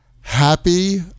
happy